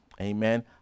amen